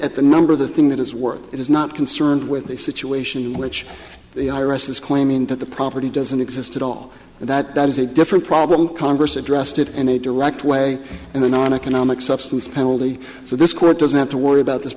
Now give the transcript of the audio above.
at the number the thing that is worth it is not concerned with a situation in which the i r s is claiming that the property doesn't exist at all and that is a different problem congress addressed it in a direct way and then on economic substance penalty so this court doesn't have to worry about this